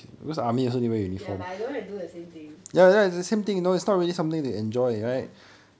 ya but I don't like do the same thing ya